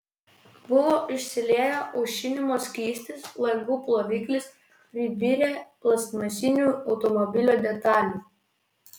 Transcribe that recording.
buvo išsilieję aušinimo skystis langų ploviklis pribirę plastmasinių automobilių detalių